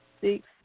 six